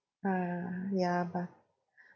ah yeah but